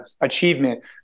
achievement